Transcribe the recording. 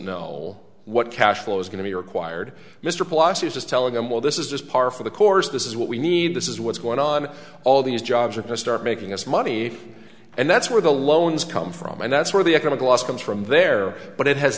know what cash flow is going to be required mr philosophy is just telling him well this is just par for the course this is what we need this is what's going on all these jobs are to start making us money and that's where the loans come from and that's where the economic loss comes from there but it has